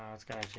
um its gotta